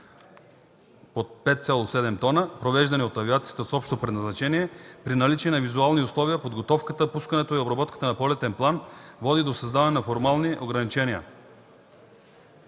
под 5,7 т, провеждани от авиацията с общо предназначение, при наличие на визуални условия, подготовката, пускането и обработката на полетен план води до създаване на формални ограничения